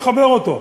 ויחבר אותו.